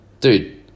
dude